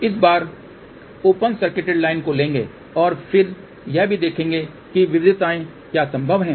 इस बार हम ओपन सर्किटेडलाइन को लेंगे और फिर यह भी देखेंगे कि विविधताएं क्या संभव हैं